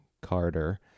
Carter